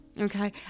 Okay